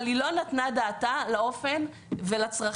אבל היא לא נתנה את דעתה לאופן ולצרכים